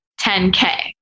10K